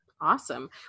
Awesome